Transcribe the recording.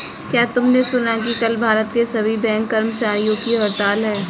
क्या तुमने सुना कि कल भारत के सभी बैंक कर्मचारियों की हड़ताल है?